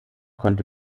konnte